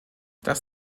das